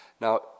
Now